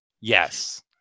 yes